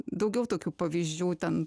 daugiau tokių pavyzdžių ten